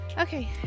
okay